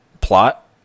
plot